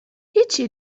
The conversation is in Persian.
هیچی